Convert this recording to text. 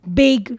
big